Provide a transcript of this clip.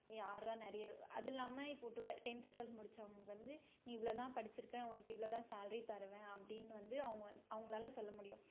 யார்ரா நிறைய அது இல்லாமல் இப்போது டுவ டென்த்து டுவல்த் முடித்தவுங்க வந்து நீ இவ்வளோ தான் படிச்சுருக்க உனக்கு இவ்வளோ தான் சேல்ரி தருவேன் அப்படின் வந்து அவங்க வந்து அவங்ளால சொல்ல முடியும்